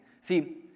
See